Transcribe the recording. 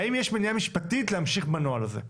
האם יש מניעה משפטית להמשיך בנוהל הזה?